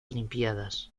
olimpíadas